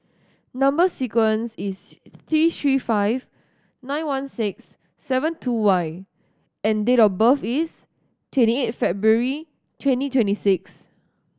number sequence is T Three five nine one six seven two Y and date of birth is twenty eight February twenty twenty six